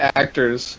actors